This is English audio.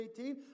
18